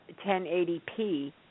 1080p